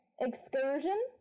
excursion